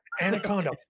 Anaconda